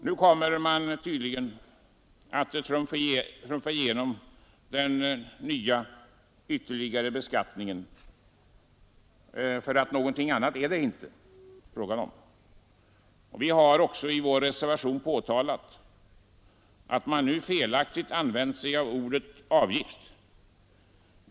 Nu kommer man tydligen att trumfa igenom denna nya ytterligare beskattning — för någonting annat är det inte fråga om. Vi har också i vår reservation påtalat att man felaktigt använt sig av ordet avgift.